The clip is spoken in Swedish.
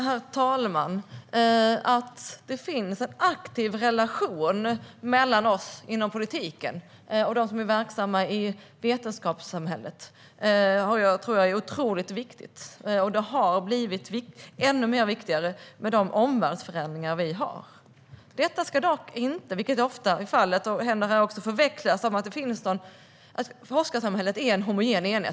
Herr talman! Att det finns en aktiv relation mellan oss i politiken och dem som är verksamma i vetenskapssamhället är otroligt viktigt. Det har blivit ännu viktigare med de omvärldsförändringar vi har. Detta ska dock inte, så som ofta är fallet, också här, uppfattas som att forskarsamhället är en homogen enhet.